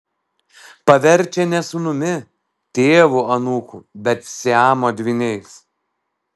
paverčia ne sūnumi tėvu anūku bet siamo dvyniais